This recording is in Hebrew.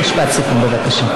משפט סיכום, בבקשה.